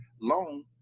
loan